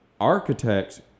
Architects